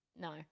No